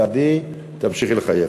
ועדי, תמשיכי לחייך.